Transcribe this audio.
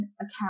account